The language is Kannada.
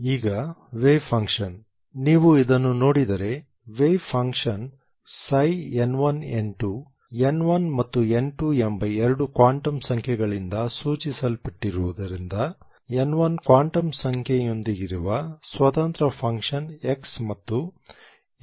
ಈಗ ವೇವ್ ಫಂಕ್ಷನ್ ನೀವು ಇದನ್ನು ನೋಡಿದರೆ ವೇವ್ ಫಂಕ್ಷನ್ n1n2 n1 ಮತ್ತು n2 ಎಂಬ ಎರಡು ಕ್ವಾಂಟಮ್ ಸಂಖ್ಯೆಗಳಿಂದ ಸೂಚಿಸಲ್ಪಟ್ಟಿರುವುದರಿಂದ n1 ಕ್ವಾಂಟಮ್ ಸಂಖ್ಯೆಯೊಂದಿಗಿರುವ ಸ್ವತಂತ್ರ ಫಂಕ್ಷನ್ x ಮತ್ತು n2 ನೊಂದಿಗಿರುವ y ಅನ್ನು ಹೊಂದಿದೆ